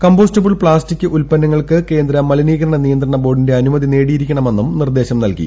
compostable plastic ഉല്പന്നങ്ങൾക്ക് കേന്ദ്ര മലിനീകരണ നിയന്ത്രണ ബോർഡിന്റെ അനുമതി നേടിയിരിക്കണമെന്നും നിർദേശം നൽകി